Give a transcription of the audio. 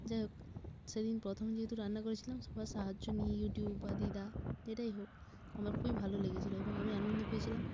যাই হোক সেদিন প্রথম যেহেতু রান্না করেছিলাম সবার সাহায্য নিয়ে ইউটিউব বা দিদা যেটাই হোক আমার খুবই ভালো লেগেছিল এবং আমি আনন্দ পেয়েছিলাম